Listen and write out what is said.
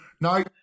No